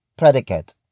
predicate